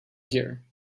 here